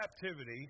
captivity